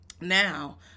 Now